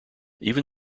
even